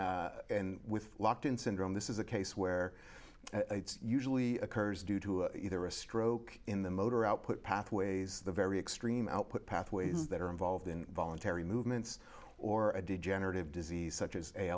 speak and with locked in syndrome this is a case where usually occurs due to either a stroke in the motor output pathways the very extreme output pathways that are involved in voluntary movements or a degenerative disease such as a